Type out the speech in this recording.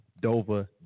Dover